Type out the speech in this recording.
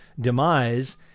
demise